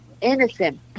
innocent